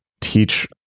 teach